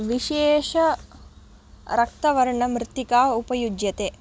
विशेषरक्तवर्णमृत्तिका उपयुज्यते